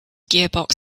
gearbox